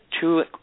two